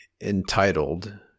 entitled